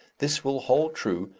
this will hold true,